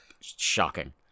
Shocking